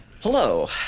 Hello